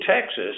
Texas